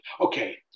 Okay